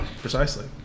Precisely